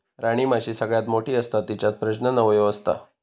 राणीमाशी सगळ्यात मोठी असता तिच्यात प्रजनन अवयव असता